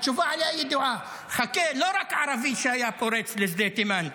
התשובה עליה ידועה: לא רק ערבי שהיה פורץ לשדה תימן,